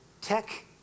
tech